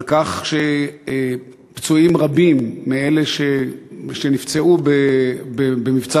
על כך שפצועים רבים מאלה שנפצעו במבצע